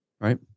Right